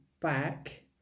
back